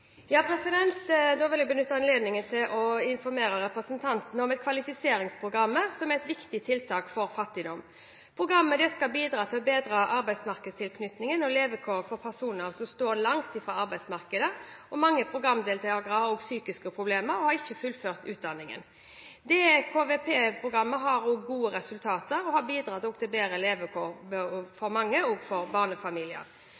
Da vil jeg benytte anledningen til å informere representanten om kvalifiseringsprogrammet, som er et viktig tiltak for bekjempelse av fattigdom. Programmet skal bidra til å bedre arbeidsmarkedstilknytningen og levekår for personer som står langt fra arbeidsmarkedet, og mange programdeltakere har psykiske problemer og har ikke fullført utdanningen. Kvalifiseringsprogrammet har gode resultater og har bidratt til å oppnå bedre